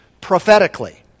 prophetically